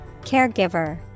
Caregiver